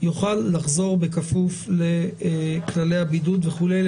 יוכל לחזור למדינת ישראל בכפוף לכללי הבידוד וכולי.